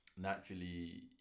naturally